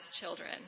children